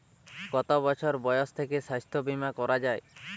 কত বছর বয়স থেকে স্বাস্থ্যবীমা করা য়ায়?